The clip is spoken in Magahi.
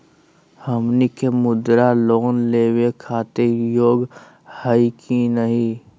हमनी के मुद्रा लोन लेवे खातीर योग्य हई की नही?